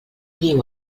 diu